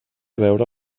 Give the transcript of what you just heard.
veure